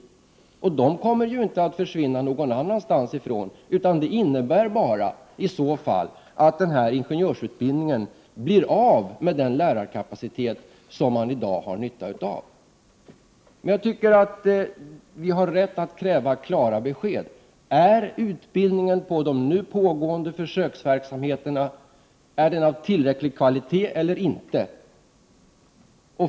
Dessa lärare kommer ju inte att försvinna någon annanstans, utan det innebär att ingenjörsutbildningen blir av med den lärarkapacitet som i dag finns att tillgå. Vi har rätt att kräva klara besked. Är utbildningen inom de nu pågående försöksverksamheterna av tillräckligt god kvalitet?